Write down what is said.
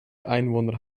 einwohner